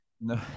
no